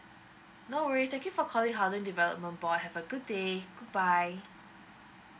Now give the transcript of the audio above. no worries thank you for calling housing development board have a good day goodbye